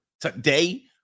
today